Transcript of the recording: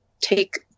take